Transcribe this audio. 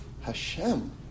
Hashem